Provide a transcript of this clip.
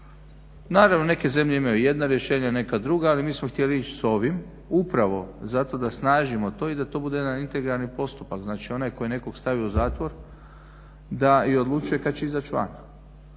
Naravno, neke zemlje imaju jedna rješenja, neki druga, ali mi smo htjeli ići sa ovim upravo da snažimo to i da to bude jedan integrarni postupak. Znači, onaj tko je nekoga stavio u zatvor da i odlučuje kad će izaći van.